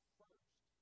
first